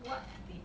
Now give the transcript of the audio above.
what date